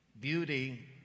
Beauty